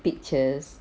pictures